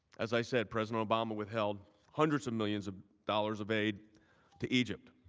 as i said, president obama withheld hundreds of millions of dollars of aid to egypt.